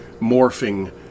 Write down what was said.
morphing